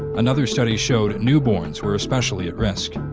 another study showed newborns were especially at risk.